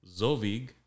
Zovig